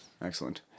Excellent